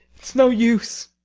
it's no use.